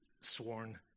sworn